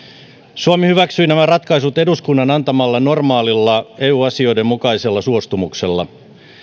suomi hyväksyi nämä ratkaisut eduskunnan antamalla normaalilla eu asioiden mukaisella suostumuksella